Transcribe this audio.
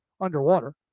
underwater